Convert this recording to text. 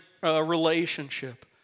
relationship